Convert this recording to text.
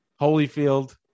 Holyfield